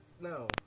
no